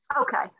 Okay